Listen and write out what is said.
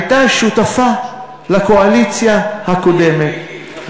הייתה שותפה לקואליציה הקודמת,